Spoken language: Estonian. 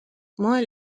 moel